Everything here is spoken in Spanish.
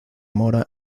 mora